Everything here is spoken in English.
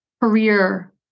career